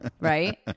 Right